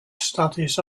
studies